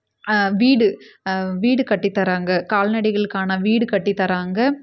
வீடு வீடு கட்டித் தராங்க கால்நடைகளுக்கான வீடு கட்டித் தராங்க